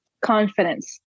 Confidence